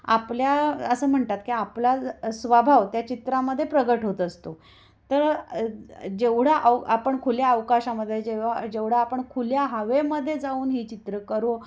आपल्या असं म्हणतात की आपला स्वभाव त्या चित्रामध्ये प्रगट होत असतो तर जेवढा अव आपण खुल्या अवकाशामध्ये जेव्हा जेवढा आपण खुल्या हवेमध्ये जाऊन ही चित्रं करू